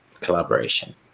collaboration